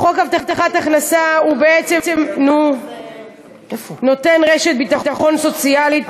חוק הבטחת הכנסה בעצם נותן רשת ביטחון סוציאלית,